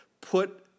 Put